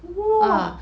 !wah!